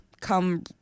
come